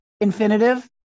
infinitive